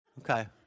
Okay